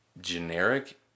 generic